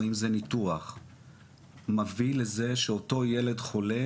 או אם זה ניתוח מוביל לזה שאותו ילד חולה,